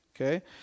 okay